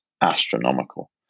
astronomical